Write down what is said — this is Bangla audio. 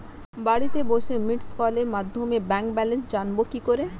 বাড়িতে বসে মিসড্ কলের মাধ্যমে ব্যাংক ব্যালেন্স জানবো কি করে?